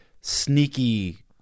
sneaky